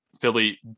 Philly